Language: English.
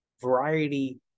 variety